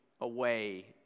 away